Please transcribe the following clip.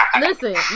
listen